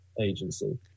agency